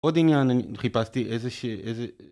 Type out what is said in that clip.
עוד עניין אני חיפשתי איזה ש...